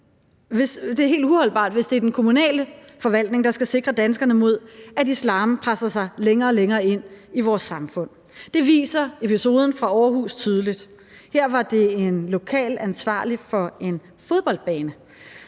Det er helt uholdbart, hvis det er den kommunale forvaltning, der skal sikre danskerne mod, at islam presser sig længere og længere ind i vores samfund. Det viser episoden fra Aarhus tydeligt. Her var det en lokalt ansvarlig for en fodboldbane,